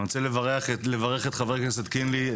אני רוצה לברך את חבר הכנסת קינלי.